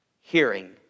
hearing